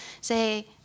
say